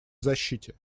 защите